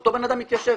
אותו בן אדם התיישב.